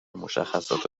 مشخصات